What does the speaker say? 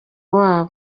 wabo